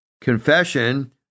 Confession